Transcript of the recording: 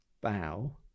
bow